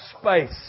space